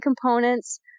components